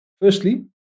firstly